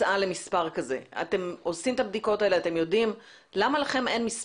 זה מה שרציתי לשאול אותך.